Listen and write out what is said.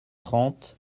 trente